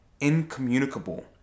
incommunicable